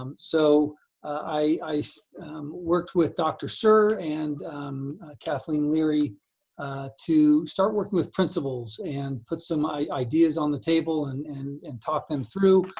so i so worked with dr. suhr and kathleen leary to start working with principals and put some ideas on the table and and and talk them through.